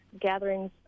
gatherings